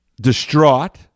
distraught